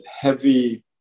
heavy